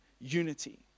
unity